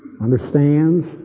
understands